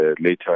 later